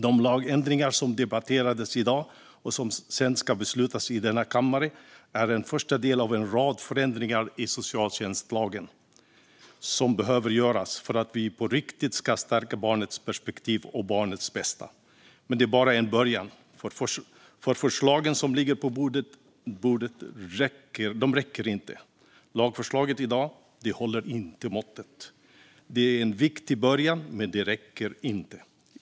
De lagändringar som debatteras i dag och som sedan ska beslutas i denna kammare är en första del av en rad förändringar i socialtjänstlagen som behöver göras för att vi på riktigt ska stärka barnets perspektiv och barnets bästa. Men det är bara en början, för de förslag som ligger på bordet räcker inte. Lagförslaget i dag håller inte måttet. Det är en viktig början, men det räcker inte.